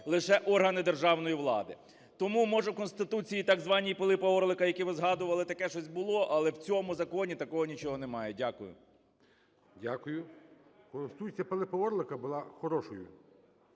лише органи державної влади. Тому може у Конституції, так званій Пилипа Орлика, яку ви згадували, таке щось було, але в цьому законі такого нічого немає. Дякую. ГОЛОВУЮЧИЙ. Дякую. Конституція Пилипа Орлика була хорошою.